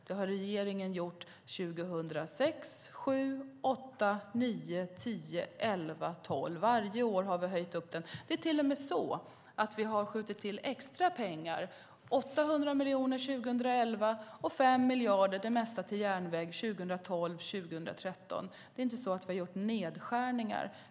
Det har regeringen gjort 2006, 2007, 2008, 2009, 2010, 2011 och 2012. Varje år har vi höjt detta. Det är till och med så att vi har skjutit till extra pengar. Det var 800 miljoner 2011 och 5 miljarder, det mesta till järnväg, 2012 och 2013. Det är inte så att vi har gjort nedskärningar.